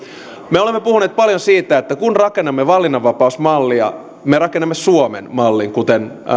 me olemme puhuneet paljon siitä että kun rakennamme valinnanvapausmallia me rakennamme suomen mallin kuten